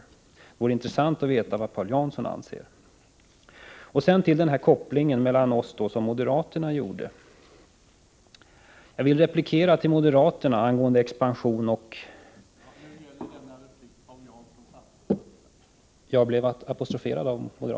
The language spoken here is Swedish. Det vore intressant att veta vad Paul Jansson anser.